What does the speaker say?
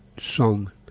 song